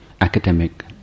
academic